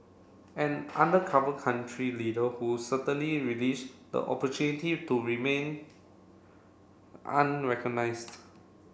an undercover country leader who certainly relish the opportunity to remain unrecognised